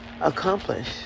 Accomplish